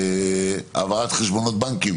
העברת חשבונות בנקים